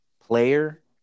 player